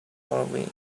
halloween